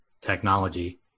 technology